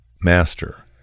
Master